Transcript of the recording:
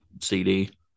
cd